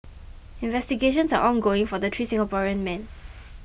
investigations are ongoing for the three Singaporean men